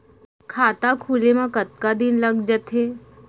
खाता खुले में कतका दिन लग जथे?